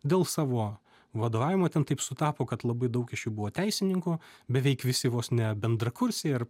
dėl savo vadovavimo ten taip sutapo kad labai daug iš jų buvo teisininkų beveik visi vos ne bendrakursiai ar